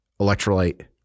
electrolyte